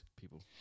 people